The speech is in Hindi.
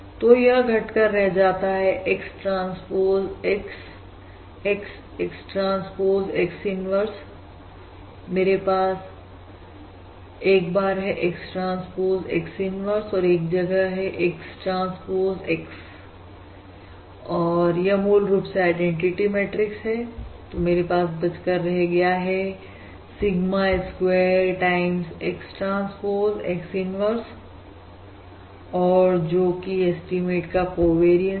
तो यह घट कर रह जाता है X transpose XX X transpose X inverse मेरे पास एक बार है X ट्रांसपोज X इन्वर्स और एक जगह है X ट्रांसपोज X यह मूल रूप से आईडेंटिटी मैट्रिक्स है तो मेरे पास बचकर रह गया है sigma square time X transpose X inverse और जो कि एस्टीमेट का कोवेरियंस है